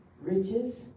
riches